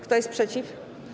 Kto jest przeciw?